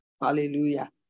Hallelujah